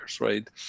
right